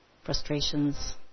frustrations